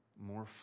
more